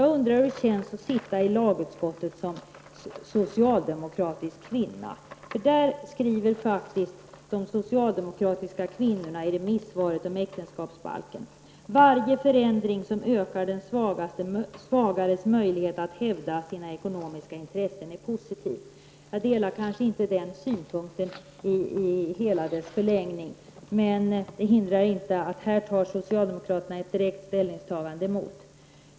Jag undrar hur det känns att som socialdemokratisk kvinna sitta i lagutskottet. De socialdemokratiska kvinnorna skriver nämligen i remissvaret om äktenskapsbalken: Varje förändring som ökar den svagares möjlighet att hävda sina ekonomiska intressen är positiv. Jag delar kanske inte den synpunkten i hela dess förlängning, men det hindrar inte att det här är fråga om ett direkt motsatt ställningstagande från socialdemokraternas sida.